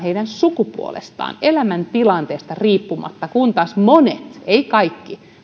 heidän sukupuolestaan elämäntilanteesta riippumatta kun taas monet eivät kaikki